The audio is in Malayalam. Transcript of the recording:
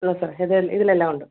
ഇതാ സാറേ ഇത് ഇതിൽ എല്ലാം ഉണ്ട്